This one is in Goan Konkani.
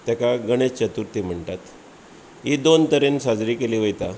तेका गणेश चतुर्थी म्हणटात हीं दोन तरेन साजरी केल्ली वयता